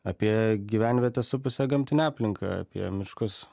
apie gyvenvietę supusią gamtinę aplinką apie miškus